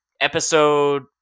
episode